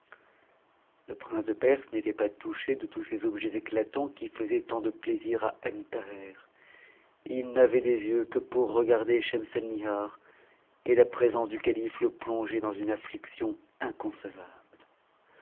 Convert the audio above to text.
le prince de perse n'était pas touché de tous ces objets éclatants qui faisaient tant de plaisir à ebn thaher iî n'avait des yeux que pour regarder schemselnihar et la présence du calife le plongeait dans une afniction inconcevable